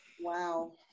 Wow